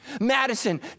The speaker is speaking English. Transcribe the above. Madison